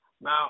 now